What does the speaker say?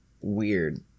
weird